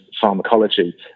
pharmacology